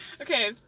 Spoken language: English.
Okay